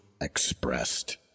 expressed